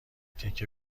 تکه